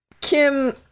Kim